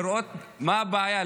לראות מה הבעיה.